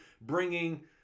bringing